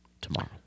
tomorrow